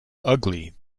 ugly